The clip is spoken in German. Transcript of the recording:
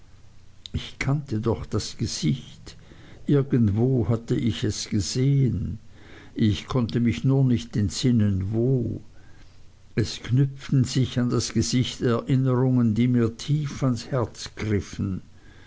ich kannte doch das gesicht irgendwo hatte ich es gesehen ich konnte mich nur nicht entsinnen wo es knüpften sich an das gesicht erinnerungen die mir tief ans herz griffen